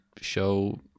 show